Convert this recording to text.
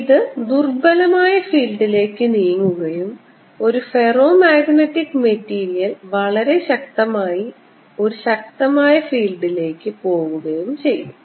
ഇത് ദുർബലമായ ഫീൽഡിലേക്ക് നീങ്ങുകയും ഒരു ഫെറോ മാഗ്നറ്റിക് മെറ്റീരിയൽ വളരെ ശക്തമായി ശക്തമായ ഒരു ഫീൽഡിലേക്ക് പോകുകയും ചെയ്യും